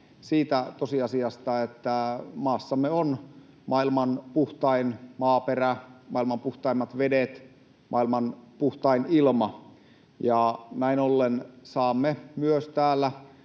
siitä tosiasiasta, että maassamme on maailman puhtain maaperä, maailman puhtaimmat vedet ja maailman puhtain ilma. Näin ollen saamme täällä